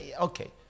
okay